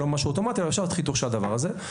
זה לא משהו אוטומטי אבל אפשר לעשות חיתוך של הדבר הזה.